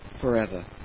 forever